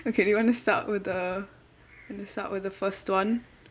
okay do you want to start with the you want to start with the first one